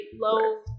Low